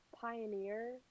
pioneer